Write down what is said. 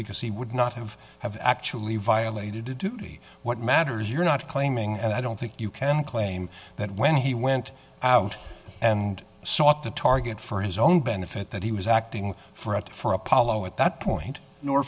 because he would not have have actually violated a duty what matters you're not claiming and i don't think you can claim that when he went out and sought to target for his own benefit that he was acting for it for apollo at that point nor